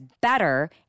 better